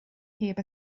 heb